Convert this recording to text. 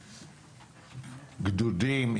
גדודים,